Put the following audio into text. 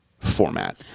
format